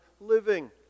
living